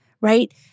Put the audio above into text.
right